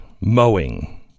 mowing